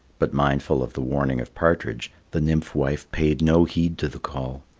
but mindful of the warning of partridge, the nymph-wife paid no heed to the call.